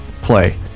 play